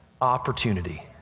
opportunity